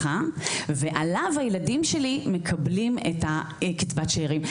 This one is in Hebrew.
ועליו הילדים שלי מקבלים את קצבת השארים.